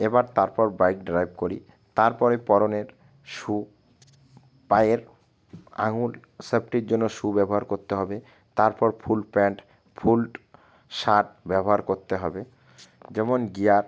এবার তারপর bike drive করি তারপরে পরনের শ্যু পায়ের আঙুল সেফটির জন্য শ্যু ব্যবহার করতে হবে তারপর ফুল প্যান্ট ফুল শার্ট ব্যবহার করতে হবে যেমন গিয়ার